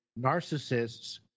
narcissists